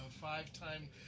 five-time